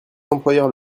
employeurs